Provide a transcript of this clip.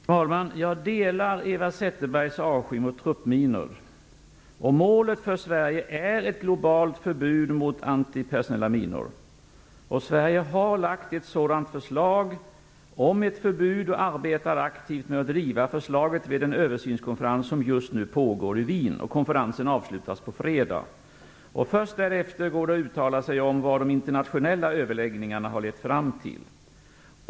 Fru talman! Jag delar Eva Zetterbergs avsky mot truppminor. Målet för Sverige är ett globalt förbud mot antipersonella minor. Sverige har lagt ett förslag om ett sådant förbud och arbetar aktivt med att driva förslaget vid den översynskonferens som just nu pågår i Wien. Konferensen avslutas på fredag. Först därefter går det att uttala sig om vad de internationella överläggningarna har lett fram till.